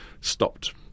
stopped